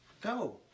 Go